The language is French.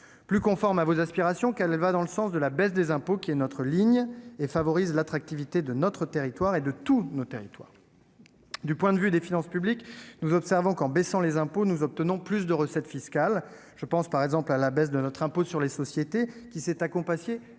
plus conforme à vos aspirations, car elle va dans le sens de la baisse des impôts, qui est notre ligne et qui favorise l'attractivité de notre territoire, de tous nos territoires. Du point de vue des finances publiques, nous observons que, en baissant les impôts, nous obtenons plus de recettes fiscales. Je pense, par exemple, à la baisse de notre taux d'impôt sur les sociétés, qui s'est accompagnée